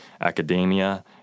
academia